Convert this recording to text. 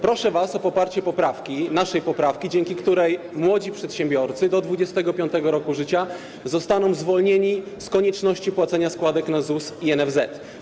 Proszę was o poparcie poprawki, naszej poprawki, dzięki której młodzi przedsiębiorcy, do 25. roku życia, zostaną zwolnieni z konieczności płacenia składek na ZUS i NFZ.